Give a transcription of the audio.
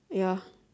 ya